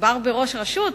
מדובר בראש רשות,